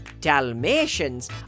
Dalmatians